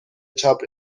چاپ